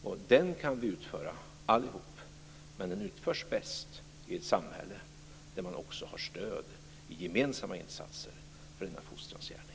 Det arbetet kan vi utföra allihop, men det utförs bäst i ett samhälle där man också har stöd i gemensamma insatser för denna fostrans gärning.